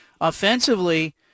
offensively